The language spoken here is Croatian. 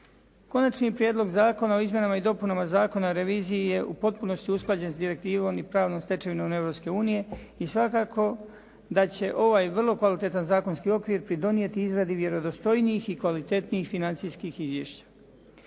Konačni prijedlog zakona o izmjenama i dopunama Zakona o reviziji je u potpunosti usklađen s direktivom i pravnom stečevinom Europske unije i svakako da će ovaj vrlo kvalitetan zakonski okvir pridonijeti izradi vjerodostojnijih i kvalitetnijih financijskih izvješća.